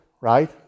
right